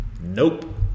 Nope